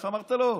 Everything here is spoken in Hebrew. איך אמרת לו?